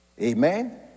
Amen